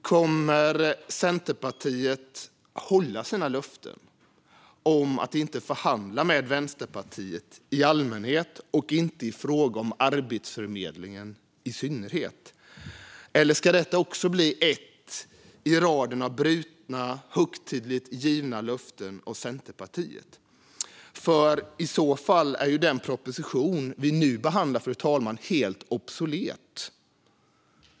Kommer Centerpartiet att hålla sina löften om att inte förhandla med Vänsterpartiet i allmänhet och i synnerhet inte i fråga om Arbetsförmedlingen? Eller ska även detta bli ett i raden av Centerpartiets brutna, högtidligt givna löften? I så fall är nämligen den proposition vi nu behandlar helt obsolet.